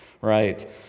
right